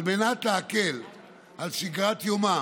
על מנת להקל את שגרת יומם